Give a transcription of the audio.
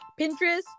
Pinterest